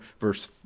Verse